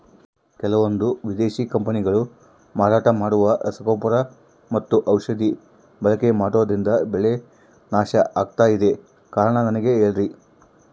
ಕೆಲವಂದು ವಿದೇಶಿ ಕಂಪನಿಗಳು ಮಾರಾಟ ಮಾಡುವ ರಸಗೊಬ್ಬರ ಮತ್ತು ಔಷಧಿ ಬಳಕೆ ಮಾಡೋದ್ರಿಂದ ಬೆಳೆ ನಾಶ ಆಗ್ತಾಇದೆ? ಕಾರಣ ನನಗೆ ಹೇಳ್ರಿ?